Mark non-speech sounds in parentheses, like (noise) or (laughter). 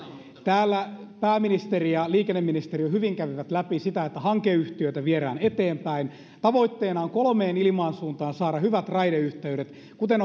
täällä pääministeri ja liikenneministeri hyvin kävivät läpi sitä että hankeyhtiöitä viedään eteenpäin tavoitteena on kolmeen ilmansuuntaan saada hyvät raideyhteydet kuten (unintelligible)